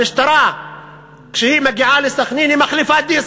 המשטרה, כשהיא מגיעה לסח'נין, היא מחליפה דיסק.